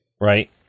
Right